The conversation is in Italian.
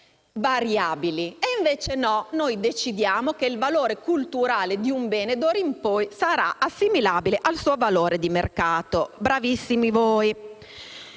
variabili. Invece no: decidiamo che valore culturale di un bene d'ora in poi sarà assimilabile al suo valore di mercato. Bravissimi voi!